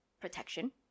protection